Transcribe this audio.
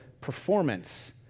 performance